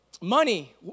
Money